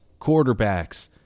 quarterbacks